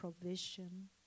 provision